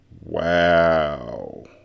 Wow